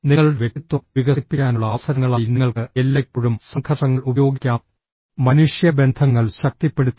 നിങ്ങളുടെ വ്യക്തിത്വം വികസിപ്പിക്കാനുള്ള അവസരങ്ങളായി നിങ്ങൾക്ക് എല്ലായ്പ്പോഴും സംഘർഷങ്ങൾ ഉപയോഗിക്കാം മനുഷ്യ ബന്ധങ്ങൾ ശക്തിപ്പെടുത്തുക